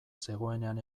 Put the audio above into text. zegoenean